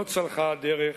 לא צלחה הדרך,